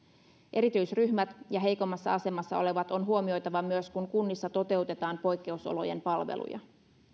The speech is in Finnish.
erityisryhmät ja heikoimmassa asemassa olevat on huomioitava myös kun kunnissa toteutetaan poikkeusolojen palveluja